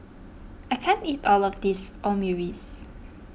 I can't eat all of this Omurice